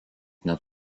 net